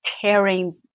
tearing